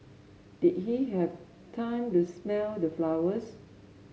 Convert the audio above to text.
did he have time to smell the flowers